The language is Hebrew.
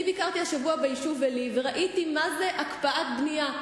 אני ביקרתי השבוע ביישוב עלי וראיתי מה זה הקפאת בנייה.